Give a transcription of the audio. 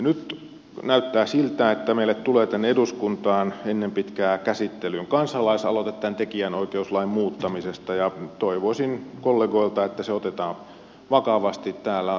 nyt näyttää siltä että meille tulee tänne eduskuntaan ennen pitkää käsittelyyn kansalaisaloite tämän tekijänoikeuslain muuttamisesta ja toivoisin kollegoilta että se otetaan vakavasti täällä